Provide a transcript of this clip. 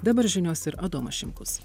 dabar žinios ir adomas šimkus